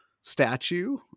statue